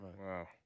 Wow